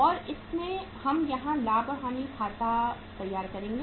और इसमें हम यहां लाभ और हानि खाता तैयार करेंगे